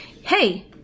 hey